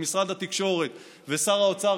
משרד התקשורת ושר האוצר,